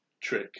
trick